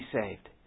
saved